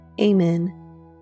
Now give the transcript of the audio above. Amen